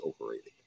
overrated